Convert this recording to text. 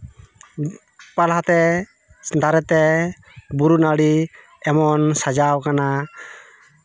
ᱯᱟᱞᱦᱟᱛᱮ ᱫᱟᱨᱮ ᱛᱮ ᱵᱩᱨᱩ ᱱᱟᱹᱲᱤ ᱮᱢᱚᱱ ᱥᱟᱡᱟᱣ ᱠᱟᱱᱟ